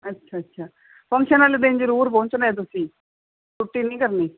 ਅੱਛਾ ਅੱਛਾ ਫੰਕਸ਼ਨ ਵਾਲੇ ਦਿਨ ਜ਼ਰੂਰ ਪਹੁੰਚਣਾ ਹੈ ਤੁਸੀਂ ਛੁੱਟੀ ਨਹੀਂ ਕਰਨੀ